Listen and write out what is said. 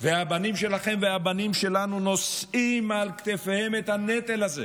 הבנים שלכם והבנים שלנו נושאים על כתפיהם את הנטל הזה.